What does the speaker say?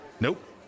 Nope